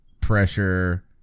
pressure